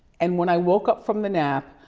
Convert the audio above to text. and when i woke up from the nap,